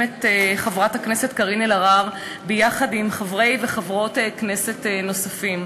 חברת הכנסת קארין אלהרר עם חברי וחברות כנסת נוספים.